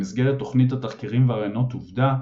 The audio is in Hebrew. במסגרת תוכנית התחקירים והראיונות "עובדה",